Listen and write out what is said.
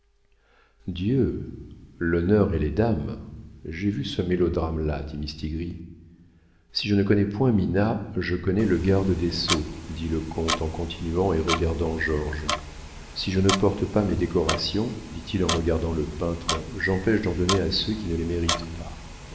dieu l'honneur et les dames j'ai vu ce mélodrame là dit mistigris si je ne connais point mina je connais le garde des sceaux dit le comte en continuant et regardant georges si je ne porte pas mes décorations dit-il en regardant le peintre j'empêche d'en donner à ceux qui ne le méritent pas